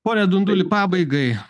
pone dunduli pabaigai